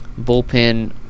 bullpen